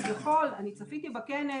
כביכול, אני צפיתי בכנס,